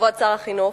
כבוד שר החינוך,